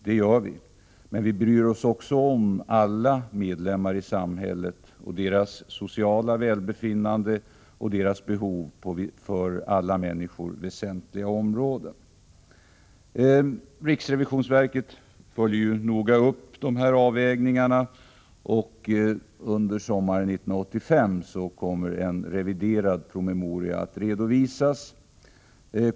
Det gör vi, men vi bryr oss också om alla medlemmar i samhället, deras sociala välbefinnande och deras behov på för alla människor väsentliga områden. Riksrevisionsver ket följer noga upp dessa avvägningar, och under sommaren 1985 kommer en reviderad promemoria att redovisas.